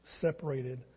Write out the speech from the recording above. separated